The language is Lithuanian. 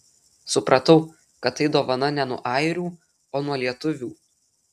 supratau kad tai dovana ne nuo airių o nuo lietuvių